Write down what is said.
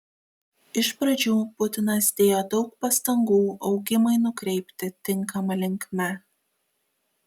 iš pradžių putinas dėjo daug pastangų augimui nukreipti tinkama linkme